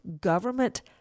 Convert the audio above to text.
government